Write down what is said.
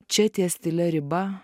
čia ties tylia riba